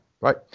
right